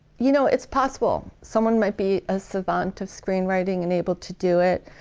you know, it's possible. someone might be a savant of screenwriting and able to do it.